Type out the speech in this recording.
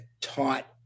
taught